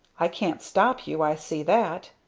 i can't stop you i see that.